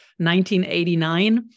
1989